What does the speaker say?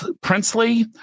princely